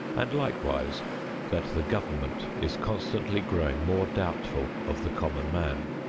and likewise that the government is constantly growing more doubtful of the common man.